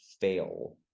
fail